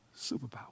Superpower